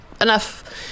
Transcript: enough